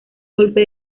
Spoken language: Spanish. golpe